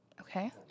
Okay